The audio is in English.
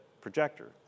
projector